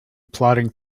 plodding